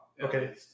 okay